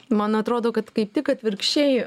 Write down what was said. man atrodo kad kaip tik atvirkščiai